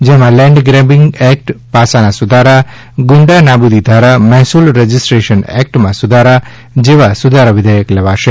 જેમાં land grabbing act પાસાના સુધારા ગુંડા નાબૂદી ધારા મહેસૂલ રજિસ્ટ્રેશન એક્ટમાં સુધારા જેવા સુધારા વિધેયક લાવશે